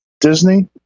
Disney